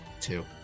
two